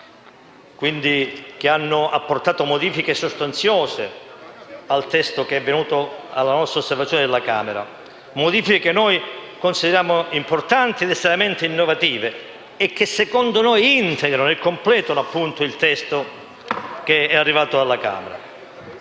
novità, che hanno apportato modifiche sostanziose al testo venuto alla nostra osservazione dalla Camera, modifiche che consideriamo importanti ed estremamente innovative e che, secondo noi, integrano e completano il testo giunto dalla Camera.